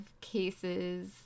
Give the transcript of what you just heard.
cases